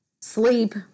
sleep